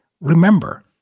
Remember